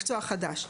מקצוע חדש,